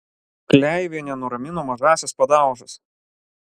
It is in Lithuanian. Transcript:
kleivienė nuramino mažąsias padaužas